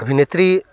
अभिनेत्री